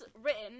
written